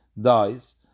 dies